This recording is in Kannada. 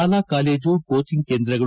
ಶಾಲಾ ಕಾಲೇಜು ಕೋಚಂಗ್ ಕೇಂದ್ರಗಳು